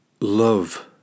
love